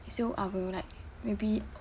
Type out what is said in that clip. so uh we will like maybe